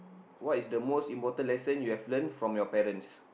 what is the most important lesson you have learn from your parents